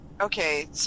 okay